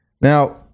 now